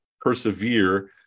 persevere